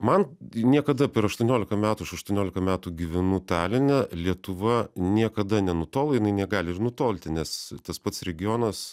man niekada per aštuoniolika metų aš aštuoniolika metų gyvenu taline lietuva niekada nenutolo jinai negali ir nutolti nes tas pats regionas